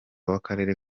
w’akarere